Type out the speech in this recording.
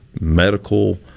medical